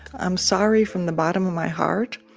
i'm sorry from the bottom of my heart.